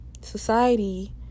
Society